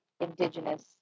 indigenous